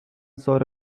sobre